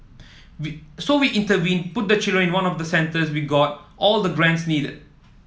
we so we intervened put the children in one of our centres we got all the grants needed